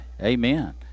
Amen